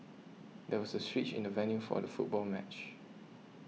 there was a switch in the venue for the football match